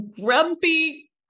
grumpy